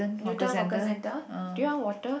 Newton hawker center do you want water